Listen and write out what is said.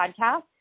podcast